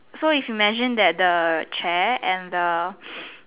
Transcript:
so if you imaging that the chair and the